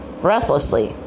Breathlessly